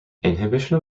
inhibition